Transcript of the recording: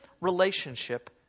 relationship